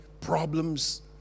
problems